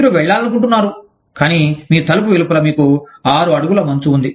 మీరు వెళ్లాలనుకుంటున్నారు కానీ మీ తలుపు వెలుపల మీకు 6 అడుగుల మంచు ఉంది